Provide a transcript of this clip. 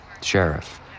Sheriff